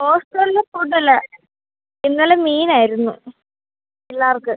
ഹോസ്റ്റലിലെ ഫുഡല്ല ഇന്നലെ മീനായിരുന്നു പിള്ളേർക്ക്